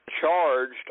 charged